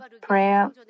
prayer